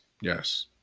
Yes